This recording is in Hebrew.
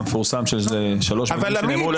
אדוני תומך הטרור, שלא צריך לשבת בכנסת ישראל.